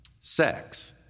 sex